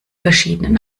verschiedenen